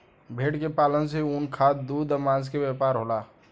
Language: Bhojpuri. भेड़ के पालन से ऊन, खाद, दूध आ मांस के व्यापार होला